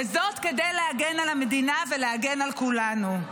וזאת כדי להגן על המדינה ולהגן על כולנו.